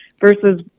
Versus